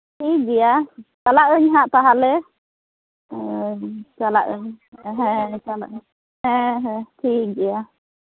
ᱴᱷᱤᱠ ᱜᱮᱭᱟ ᱪᱟᱞᱟᱜ ᱟᱹᱧ ᱦᱟᱸᱜ ᱛᱟᱦᱚᱞᱮ ᱚᱻ ᱪᱟᱞᱟᱜ ᱟᱹᱧ ᱦᱮᱸ ᱦᱮᱸ ᱪᱟᱞᱟᱜ ᱟᱹᱧ ᱦᱮᱸ ᱦᱮᱸ ᱴᱷᱤᱠ ᱜᱮᱭᱟ